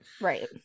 right